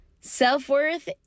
Self-worth